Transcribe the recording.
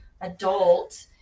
adult